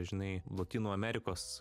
žinai lotynų amerikos